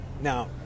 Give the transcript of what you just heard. Now